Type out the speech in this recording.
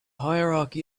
hierarchy